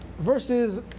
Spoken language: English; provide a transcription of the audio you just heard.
versus